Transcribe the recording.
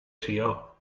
sió